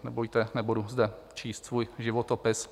Nebojte, nebudu zde číst svůj životopis.